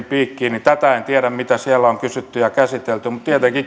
piikkiin niin tätä en tiedä mitä siellä on kysytty ja käsitelty